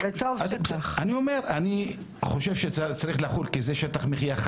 אני חושב שצריך לחול כי זה שטח מחייה,